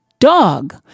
Dog